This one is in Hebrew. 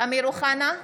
אמיר אוחנה,